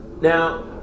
Now